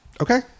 okay